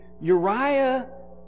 Uriah